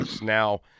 now